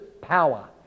power